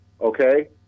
Okay